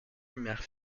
mère